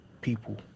people